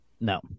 No